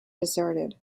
deserted